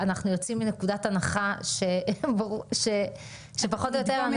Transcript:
אנחנו יוצאים מנקודת הנחה --- שנדגום את